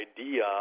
idea